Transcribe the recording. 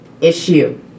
issue